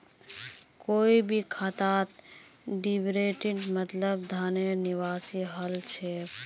कोई भी खातात डेबिटेर मतलब धनेर निकासी हल छेक